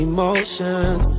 Emotions